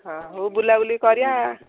ହଁ ହଉ ବୁଲାବୁଲି କରିବା